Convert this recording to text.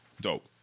Dope